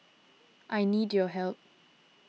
I need your help